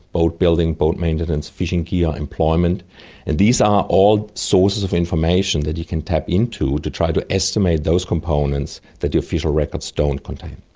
boat building, boat maintenance, fishing gear, employment and these are all sources of information that you can tap into to try to estimate those components that the official records don't contain.